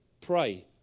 pray